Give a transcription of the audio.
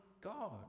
God